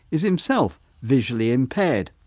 is himself visually impaired.